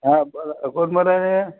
हा बोला कोण बोलत आहे